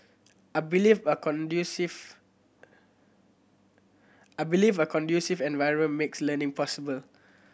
I believe a conducive I believe a conducive environment makes learning possible